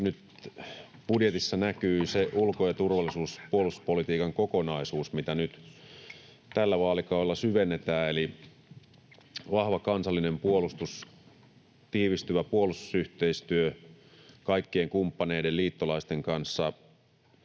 nyt budjetissa näkyy se ulko-, turvallisuus- ja puolustuspolitiikan kokonaisuus, mitä nyt tällä vaalikaudella syvennetään, eli vahva kansallinen puolustus, tiivistyvä puolustusyhteistyö kaikkien kumppaneiden, liittolaisten, kanssa,